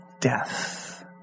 death